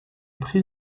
prix